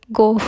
go